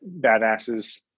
badasses